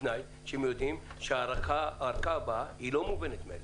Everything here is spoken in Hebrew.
בתנאי שהם יודעים שהארכה הבאה לא מובנת מאליה.